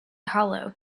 hollow